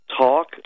Talk